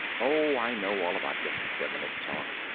oh, i know all about this feminist talk.